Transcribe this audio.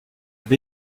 mai